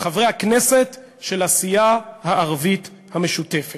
חברי הכנסת של הסיעה הערבית המשותפת,